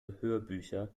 hörbücher